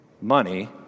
money